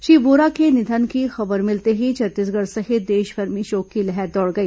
श्री वोरा के निधन की खबर मिलते ही छत्तीसगढ़ सहित देशभर में शोक की लहर दौड़ गई